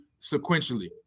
sequentially